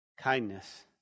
Kindness